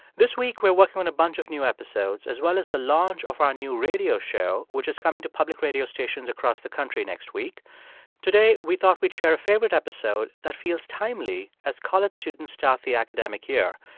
this week, we're working on a bunch of new episodes, as well as the launch of our new radio show, which is coming to public radio stations across the country next week today, we thought we'd share a favorite episode that feels timely as college students start the academic year.